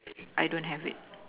I don't have it